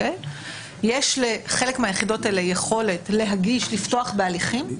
יש לחלק מהיחידות האלה יכולת לפתוח בהליכים,